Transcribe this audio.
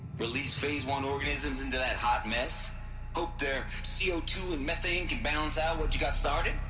release phase one organisms into that hot mess hope their. c o two and methane can balance out what you got started?